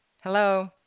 Hello